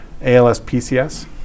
ALS-PCS